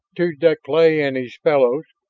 to deklay and his fellows,